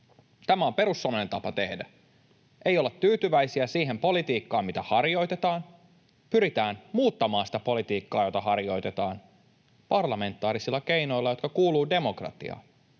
Tämä on perussuomalainen tapa tehdä. Ei olla tyytyväisiä siihen politiikkaan, mitä harjoitetaan, pyritään muuttamaan sitä politiikkaa, jota harjoitetaan, parlamentaarisilla keinoilla, jotka kuuluvat demokratiaan.